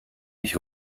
ich